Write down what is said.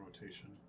rotation